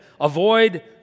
avoid